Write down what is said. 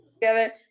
together